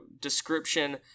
description